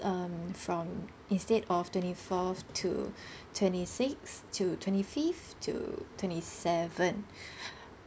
um from instead of twenty fourth to twenty sixth to twenty fifth to twenty seventh